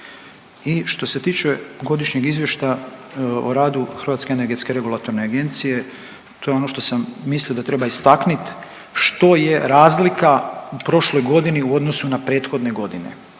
I što se tiče Godišnjeg izvještaja o radu Hrvatske energetske regulatorne agencije to je ono što sam mislio da treba istaknuti što je razlika u prošloj godini u odnosu na prethodne godine